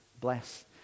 bless